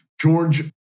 George